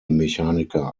mechaniker